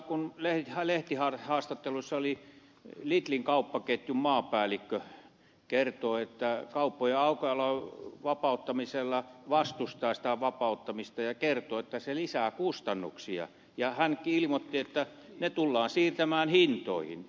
muun muassa kun lehtihaastattelussa oli lidlin kauppaketjun maapäällikkö hän kertoi että vastustaa kauppojen aukiolon vapauttamista ja että se lisää kustannuksia ja hän ilmoitti että ne tullaan siirtämään hintoihin